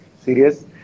serious